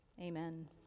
Amen